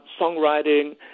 songwriting